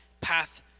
path